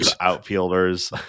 outfielders